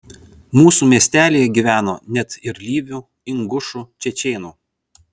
mūsų miestelyje gyveno net ir lyvių ingušų čečėnų